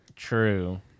True